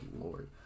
lord